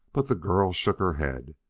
but the girl shook her head.